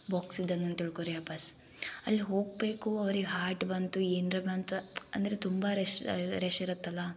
box ಇದ್ದಂಗೆ ಅಂತ ತಿಳ್ಕೋರಿ ಆ ಬಸ್ ಅಲ್ಲಿ ಹೋಗ್ಬೇಕು ಅವ್ರಿಗೆ ಹಾರ್ಟ್ ಬಂತು ಏನ್ರ ಬಂತು ಅಂದ್ರೆ ತುಂಬ ರಶ್ ರಶ್ ಇರುತ್ತಲ್ಲ